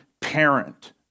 parent